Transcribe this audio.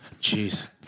Jeez